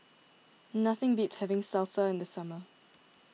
nothing beats having Salsa in the summer